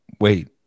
wait